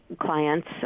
clients